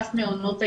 אגף מעונות היום.